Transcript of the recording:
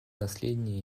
расследование